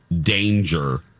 Danger